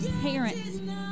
parents